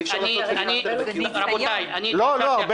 לא, לא.